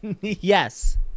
Yes